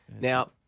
Now